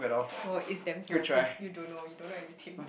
no it's damn smooth you you don't know you don't know anything